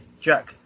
jack